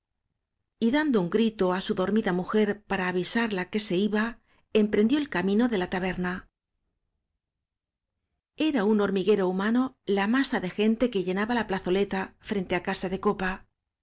expansión y dando un grito á su dormida mujer para avisarla que se iba emprendió el camino de la taberna era un hormiguero humano la masa de gente que llenaba la plazoleta frente á casa de copa